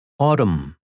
Autumn